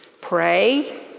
Pray